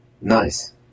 Nice